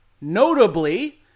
Notably